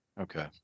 Okay